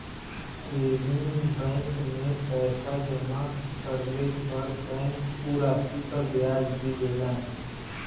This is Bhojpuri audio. सेविंग बैंक में पैसा जमा करले पर बैंक उ राशि पर ब्याज भी देला